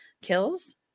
kills